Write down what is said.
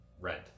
rent